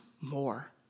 more